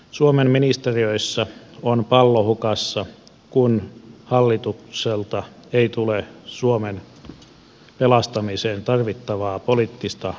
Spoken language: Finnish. suomen ministeriöissä on pallo hukassa kun hallitukselta ei tule suomen pelastamiseen tarvittavaa poliittista ohjausta